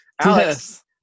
alex